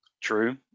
True